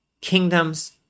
kingdoms